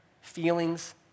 feelings